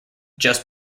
just